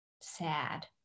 Sad